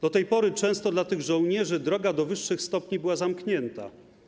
Do tej pory często dla tych żołnierzy droga do wyższych stopni była zamknięta.